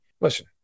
Listen